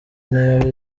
niba